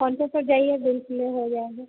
counter पर जाइए bill play हो जाएगा